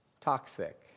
toxic